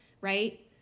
right